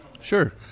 Sure